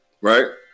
Right